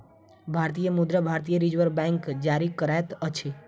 भारतीय मुद्रा भारतीय रिज़र्व बैंक जारी करैत अछि